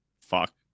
fuck